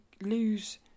lose